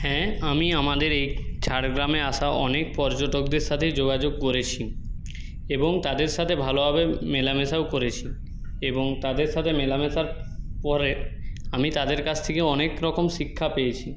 হ্যাঁ আমি আমাদের এই ঝাড়গ্রামে আসা অনেক পর্যটকদের সাথেই যোগাযোগ করেছি এবং তাদের সাথে ভালোভাবে মেলামেশাও করেছি এবং তাদের সাথে মেলামেশার পরে আমি তাদের কাছ থেকে অনেক রকম শিক্ষা পেয়েছি